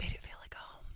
it it feel like a home.